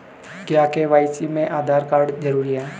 क्या के.वाई.सी में आधार कार्ड जरूरी है?